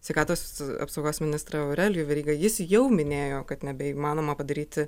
sveikatos apsaugos ministrą aurelijų verygą jis jau minėjo kad nebeįmanoma padaryti